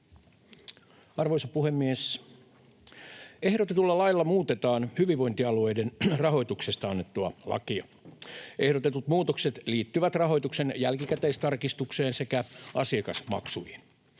Arvoisa puhemies! Ehdotetulla lailla muutetaan hyvinvointialueiden rahoituksesta annettua lakia. Ehdotetut muutokset liittyvät rahoituksen jälkikäteistarkistukseen sekä asiakasmaksuihin.